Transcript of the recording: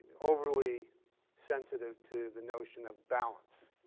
overly sensitive to the notion of balance,